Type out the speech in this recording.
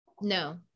No